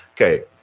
okay